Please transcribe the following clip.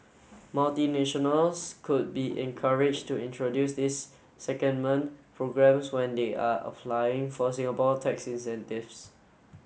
multinationals could be encouraged to introduce these secondment programmes when they are applying for Singapore tax incentives